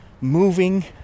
moving